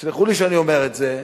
סלחו לי שאני אומר את זה,